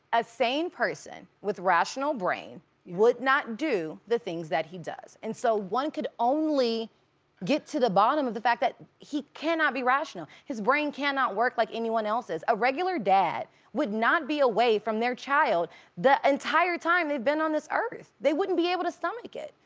a sane person with rational brain would not do the things that he does. and so one could only get to the bottom of the fact that he cannot be rational. his brain cannot work like any one else's. a regular dad would not be away from they're child the entire time they've been on this earth. they wouldn't be able to stomach it.